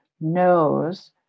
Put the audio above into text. knows